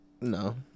No